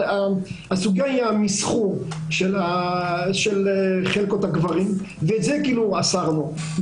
הסוגיה היא המסחור של חלקות הקברים ואת זה אסרנו.